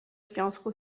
związku